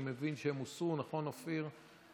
אני מבין שהן הוסרו, נכון, אופיר?